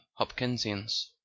Hopkinsians